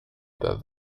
über